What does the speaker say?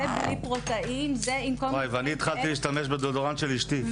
זה בלי פרוטאין -- ואני התחלתי להשתמש בדאודורנט של אשתי.